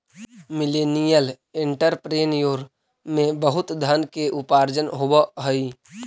millennial entrepreneur में बहुत धन के उपार्जन होवऽ हई